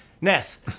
Ness